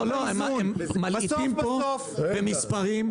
לא, הם מלעיטים פה במספרים ומפחידים.